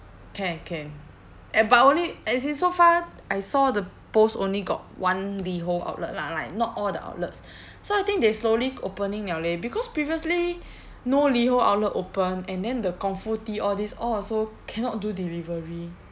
can can a~ but only as in so far I saw the post only got one LiHO outlet lah like not all the outlets so I think they slowly opening liao leh because previously no LiHO outlet open and then the Kung Fu Tea all this all also cannot do delivery